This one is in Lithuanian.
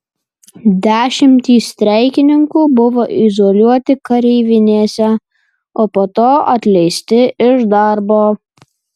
dešimtys streikininkų buvo izoliuoti kareivinėse o po to atleisti iš darbo